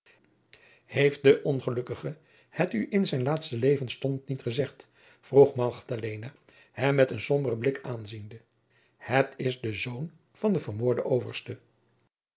heeft de ongelukkige het u in zijn laatsten levensstond niet gezegd vroeg magdalena hem met een somberen blik aanziende het is de zoon van den vermoorden overste